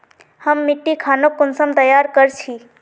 हम मिट्टी खानोक कुंसम तैयार कर छी?